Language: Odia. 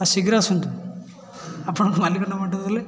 ଆ ଶୀଘ୍ର ଆସନ୍ତୁ ଆପଣଙ୍କ ମାଲିକ ନମ୍ୱର୍ଟା ଦେଲେ